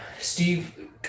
steve